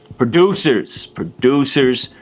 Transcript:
producers, producers,